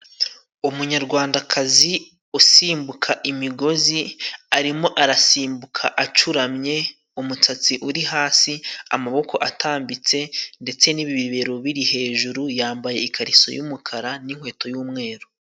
Umunyarwandakazi usimbuka imigozi, arimo arasimbuka acuramye, umusatsi uri hasi, amaboko atambitse, ndetse n'ibibero biri hejuru, yambaye ikariso y'umukara n'inkweto y'umweru.